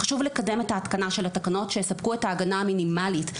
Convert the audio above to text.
חשוב לקדם את ההתקנה של התקנות שיספקו את ההגנה המינימלית.